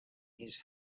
his